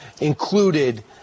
included